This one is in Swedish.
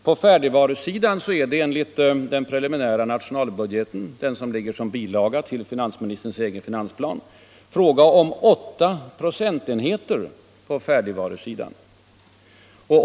På färdigvarusidan är det enligt den preliminära nationalbudgeten, som ligger som bilaga till finansministerns egen finansplan, fråga om åtta procentenheter.